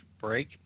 Break